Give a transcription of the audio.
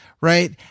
Right